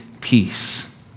peace